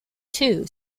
two